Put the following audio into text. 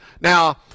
Now